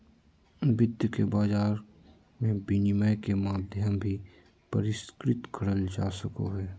वित्त के बाजार मे विनिमय के माध्यम भी परिष्कृत करल जा सको हय